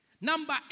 Number